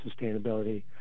sustainability